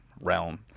realm